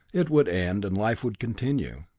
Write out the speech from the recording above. it would end, and life would continue.